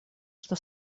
что